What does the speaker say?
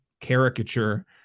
caricature